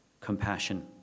compassion